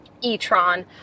E-tron